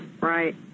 Right